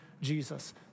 Jesus